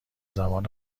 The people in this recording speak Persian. زبان